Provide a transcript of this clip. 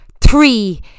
three